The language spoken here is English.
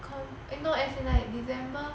no as in like december